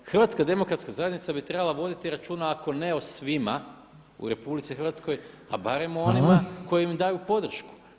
HDZ bi trebala voditi računa ako ne o svim u RH pa barem o onima kojim im daju podršku.